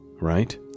right